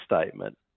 statement